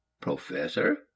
professor